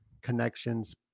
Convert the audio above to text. connections